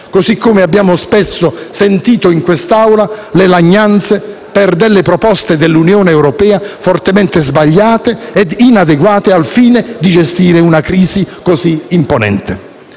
così come abbiamo spesso sentito in quest'Aula le lagnanze per alcune proposte dell'Unione europea fortemente sbagliate e inadeguate al fine di gestire una crisi così imponente.